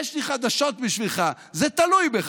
יש לי חדשות בשבילך: זה תלוי בך.